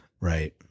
right